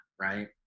right